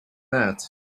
that